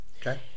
Okay